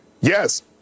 yes